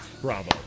Bravo